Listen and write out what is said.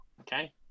Okay